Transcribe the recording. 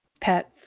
Pets